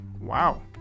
Wow